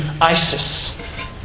ISIS